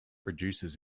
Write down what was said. producers